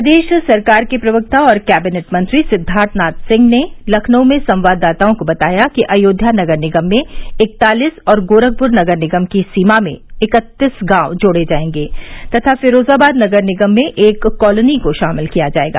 प्रदेश सरकार के प्रवक्ता और कैविनेट मंत्री सिद्दार्थ नाथ सिंह ने लखनऊ में संवाददाताओं को बताया कि अयोध्या नगर निगम में इकतालिस और गोरखपुर नगर निगम की सीमा में इकत्तीस गांव जोड़े जाएंगे तथा फिरोजाबाद नगर निगम में एक कॉलोनी को शामिल किया जाएगा